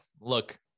look